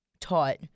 taught